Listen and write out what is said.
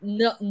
no